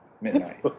midnight